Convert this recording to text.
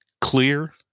clear